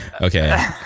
Okay